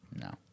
No